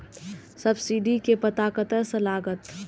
Subsidy के पता कतय से लागत?